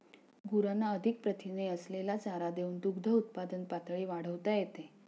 गुरांना अधिक प्रथिने असलेला चारा देऊन दुग्धउत्पादन पातळी वाढवता येते